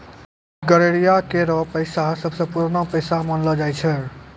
गड़ेरिया केरो पेशा सबसें पुरानो पेशा मानलो जाय छै